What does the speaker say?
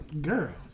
Girl